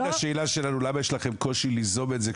השאלה שלנו היא למה תמיד יש לכם קושי ליזום את זה,